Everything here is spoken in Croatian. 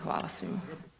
Hvala svima.